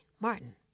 Martin